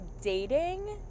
dating